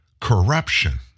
corruption